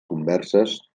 converses